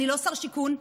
אני לא שר שיכון,